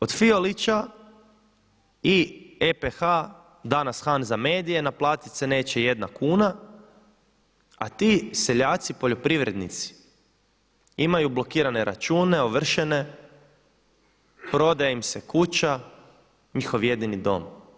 Od Fiolića i EPH danas Hanza Media naplatit se neće jedna kuna, a ti seljaci poljoprivrednici imaju blokirane račune, ovršene, prodaje im se kuća njihov jedini dom.